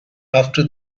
after